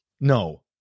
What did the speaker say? No